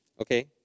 Okay